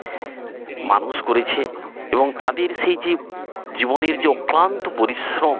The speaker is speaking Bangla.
মানুষ করেছে এবং তাদের সেই যে জীবনের যে অক্লান্ত পরিশ্রম